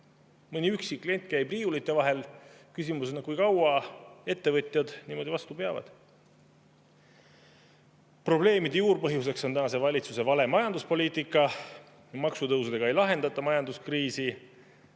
Mõni üksik klient käib riiulite vahel. Küsimus on, kui kaua ettevõtjad niimoodi vastu peavad. Probleemide juurpõhjus on valitsuse vale majanduspoliitika. Maksutõusudega ei lahendata majanduskriisi.